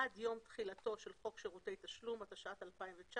עד יום תחילתו של חוק שירותי תשלום, התשע"ט-2019,